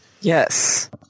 Yes